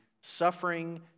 suffering